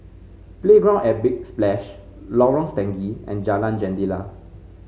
Playground at Big Splash Lorong Stangee and Jalan Jendela